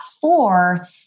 four